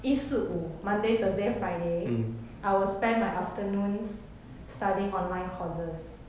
一四五 monday thursday friday I will spend my afternoons studying online courses